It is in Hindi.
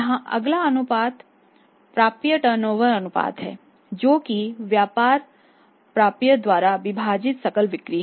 यहां अगला अनुपात प्राप्य टर्नओवर अनुपात है जो कि व्यापार प्राप्य द्वारा विभाजित सकल बिक्री है